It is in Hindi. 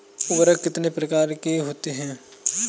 उर्वरक कितने प्रकार के होते हैं?